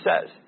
says